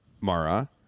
Mara